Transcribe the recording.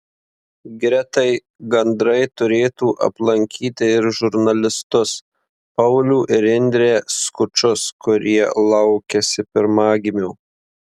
gretai gandrai turėtų aplankyti ir žurnalistus paulių ir indrę skučus kurie laukiasi pirmagimio